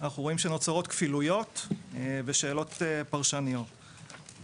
אנחנו רואים שנוצרות כפילויות ושאלות פרשניות,